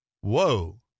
whoa